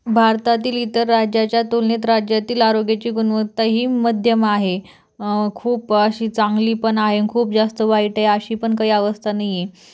भारतातील इतर राज्याच्या तुलनेत राज्यातील आरोग्याची गुणवत्ता ही मध्यम आहे खूप अशी चांगली पण आहे आणि खूप जास्त वाईट आहे अशी पण काही अवस्था नाही आहे